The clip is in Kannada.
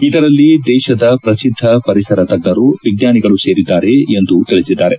ಇದರಲ್ಲಿ ದೇಶದ ಪ್ರಸಿದ್ದ ಪರಿಸರ ತಜ್ಞರು ವಿಜ್ಞಾನಿಗಳು ಸೇರಿದ್ದಾರೆ ಎಂದು ತಿಳಿಸಿದ್ದಾರೆ